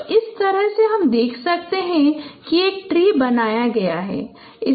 तो इस तरह से हम देख सकते हैं कि एक ट्री बनाया गया है